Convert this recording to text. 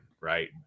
right